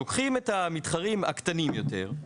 לוקחים את המתחרים הקטנים יותר,